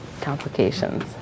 complications